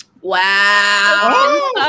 Wow